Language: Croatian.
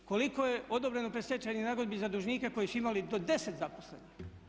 Koliko je odobreno predstečajnih nagodbi za dužnike koji su imali do 10 zaposlenih?